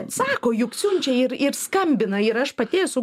sako juk siunčia ir ir skambina ir aš pati esu